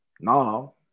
Now